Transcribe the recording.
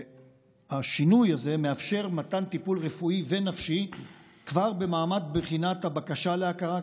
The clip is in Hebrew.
השינוי הזה מאפשר מתן טיפול רפואי ונפשי כבר במעמד בחינת הבקשה להכרה,